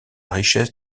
richesse